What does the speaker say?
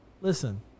listen